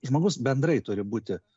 žmogus bendrai turi būti